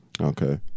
Okay